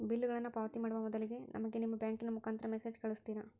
ಬಿಲ್ಲುಗಳನ್ನ ಪಾವತಿ ಮಾಡುವ ಮೊದಲಿಗೆ ನಮಗೆ ನಿಮ್ಮ ಬ್ಯಾಂಕಿನ ಮುಖಾಂತರ ಮೆಸೇಜ್ ಕಳಿಸ್ತಿರಾ?